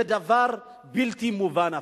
זה דבר בלתי מובן.